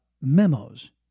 memos